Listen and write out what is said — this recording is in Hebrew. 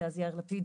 דאז יאיר לפיד,